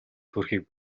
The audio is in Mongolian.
төрхийг